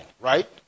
Right